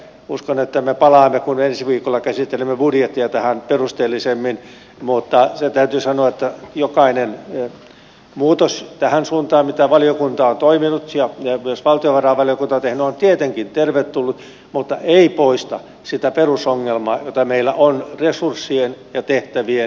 uskon että me palaamme kun ensi viikolla käsittelemme budjettia tähän perusteellisemmin mutta se täytyy sanoa että jokainen muutos tähän suuntaan minkä eteen valiokunta on toiminut ja mitä myös valtiovarainvaliokunta on tehnyt on tietenkin tervetullut mutta se ei poista sitä perusongelmaa joka meillä on resurssien ja tehtävien välisessä ristiriidassa